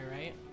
right